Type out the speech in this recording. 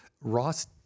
Ross